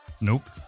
Nope